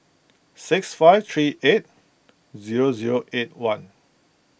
six five three eight zero zero eight one